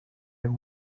been